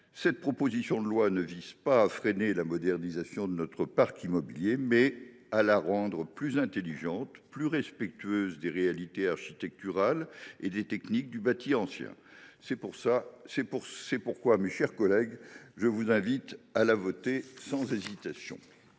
Cette proposition de loi vise non pas à freiner la modernisation de notre parc immobilier, mais à la rendre plus intelligente et plus respectueuse des réalités architecturales comme des techniques du bâti ancien. C’est pourquoi, mes chers collègues, je vous invite à la voter sans hésitation.